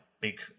big